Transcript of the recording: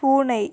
பூனை